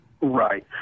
Right